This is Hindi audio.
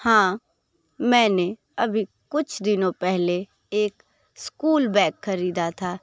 हाँ मैंने अभी कुछ दिनों पहले एक स्कूल बैग खरीदा था